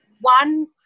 one